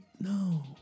no